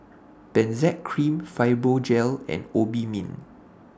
Benzac Cream Fibogel and Obimin